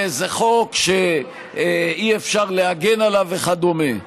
באיזה חוק שאי-אפשר להגן עליו וכדומה.